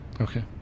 Okay